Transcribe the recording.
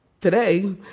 today